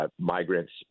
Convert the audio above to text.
migrants